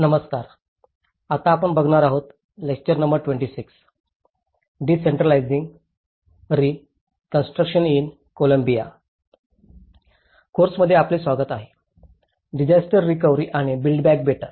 course मध्ये आपले स्वागत आहे डिसास्टर रिकव्हरी आणि बिल्ड बॅक बेटर